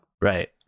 Right